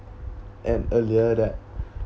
at earlier that